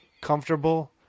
comfortable